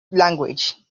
language